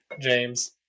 james